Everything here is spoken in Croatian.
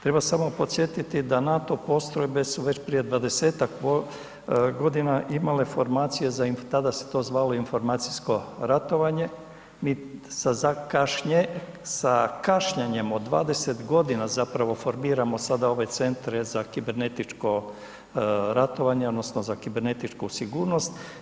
Treba samo podsjetiti da NATO postrojbe su već prije 20-ak godina imale formacije za, tada se to zvalo informacijsko ratovanje, mi sa kašnjenjem od 20 godina zapravo formiramo sada ove centre za kibernetičko ratovanje, odnosno za kibernetičku sigurnost.